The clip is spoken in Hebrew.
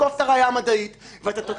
ראיה מדעי, זה קצת רחב.